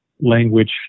language